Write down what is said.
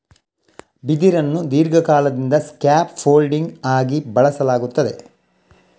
ಬಿದಿರನ್ನು ದೀರ್ಘಕಾಲದಿಂದ scaffolding ಆಗಿ ಬಳಸಲಾಗುತ್ತದೆ